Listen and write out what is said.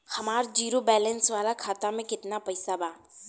हमार zero balance वाला खाता में केतना पईसा बा?